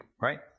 Right